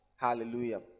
Hallelujah